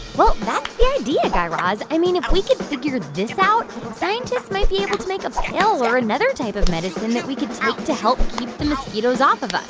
well, that's the idea, guy raz. i mean, if we can figure this out, scientists might be able to make a pill or another type of medicine that we could take to help keep the mosquitoes off of us,